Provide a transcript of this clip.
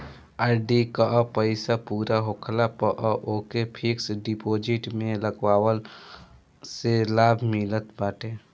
RD कअ पईसा पूरा होखला पअ ओके फिक्स डिपोजिट में लगवला से लाभ मिलत बाटे